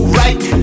right